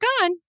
gone